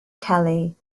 kelly